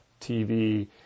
TV